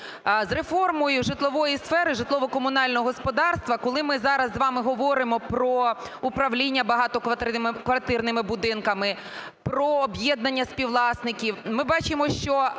З реформою житлової сфери, житлово-комунального господарства, коли ми зараз з вами говоримо про управління багатоквартирними будинками, про об'єднання співвласників, ми бачимо, що